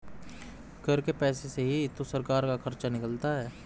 कर के पैसे से ही तो सरकार का खर्चा निकलता है